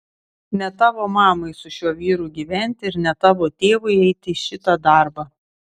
ne tavo mamai su šiuo vyru gyventi ir ne tavo tėvui eiti į šitą darbą